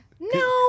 no